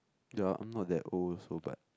ya I'm not that old so but